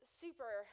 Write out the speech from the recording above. super